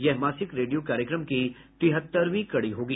यह मासिक रेडियो कार्यक्रम की तिहत्तरवीं कड़ी होगी